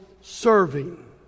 serving